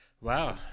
wow